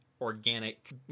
organic